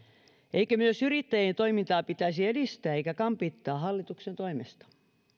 eikö myös yrittäjien toimintaa pitäisi edistää eikä kampittaa hallituksen toimesta